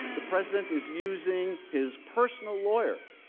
the president is using his personal lawyer,